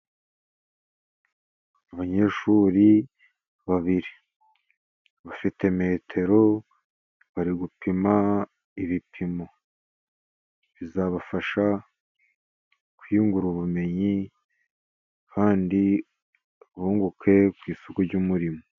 Abanyeshuri babiri bafite metero, bari gupima ibipimo. Bizabafasha kwiyungura ubumenyi, kandi bunguke ku isoko ry'umurimo.